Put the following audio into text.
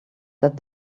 that